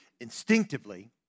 instinctively